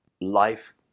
life